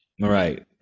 Right